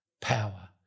power